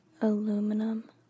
aluminum